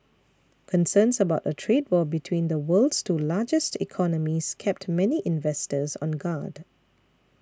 concerns about a trade war between the world's two largest economies kept many investors on guard